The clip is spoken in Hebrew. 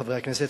חברי הכנסת,